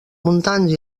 muntants